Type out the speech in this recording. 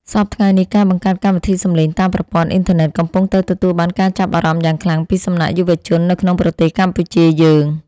សព្វថ្ងៃនេះការបង្កើតកម្មវិធីសំឡេងតាមប្រព័ន្ធអ៊ីនធឺណិតកំពុងតែទទួលបានការចាប់អារម្មណ៍យ៉ាងខ្លាំងពីសំណាក់យុវជននៅក្នុងប្រទេសកម្ពុជាយើង។